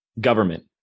government